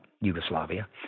Yugoslavia